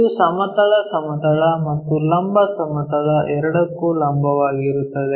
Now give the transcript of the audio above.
ಇದು ಸಮತಲ ಸಮತಲ ಮತ್ತು ಲಂಬ ಸಮತಲ ಎರಡಕ್ಕೂ ಲಂಬವಾಗಿರುತ್ತದೆ